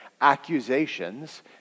accusations